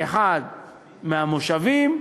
אחד מהמושבים,